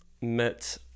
Met